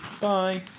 Bye